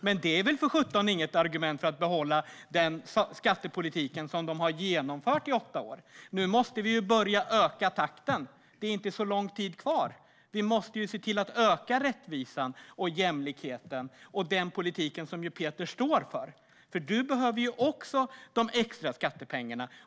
Men det är väl för sjutton inget argument för att behålla den skattepolitik som de har genomfört under åtta år? Nu måste vi börja öka takten. Det är inte så lång tid kvar. Vi måste se till att öka rättvisan och jämlikheten - den politik som du, Peter, står för. Du behöver också de extra skattepengarna.